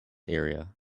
area